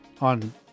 on